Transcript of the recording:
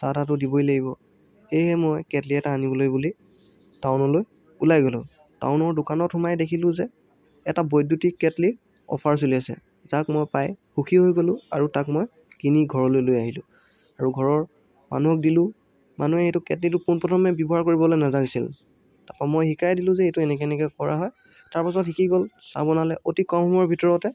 চাহ তাহটো দিবই লাগিব সেয়ে মই কেটলি এটা আনিবলৈ বুলি টাউনলৈ ওলাই গ'লোঁ টাউনৰ দোকানত সোমাই দেখিলো যে এটা বৈদ্যুতিক কেটলি অফাৰ চলি আছে যাক মই পাই সুখী হৈ গ'লোঁ আৰু তাক মই কিনি ঘৰলৈ লৈ আহিলোঁ আৰু ঘৰৰ মানুহক দিলোঁ মানুহে এইটো কেটলিটো পোন প্ৰথমে ব্যৱহাৰ কৰিবলৈ নেজানিছিল মই শিকাই দিলোঁ যে এইটো এনেকৈ এনেকৈ কৰা হয় তাৰপাছত শিকি গ'ল চাহ বনালে অতি কম সময়ৰ ভিতৰতে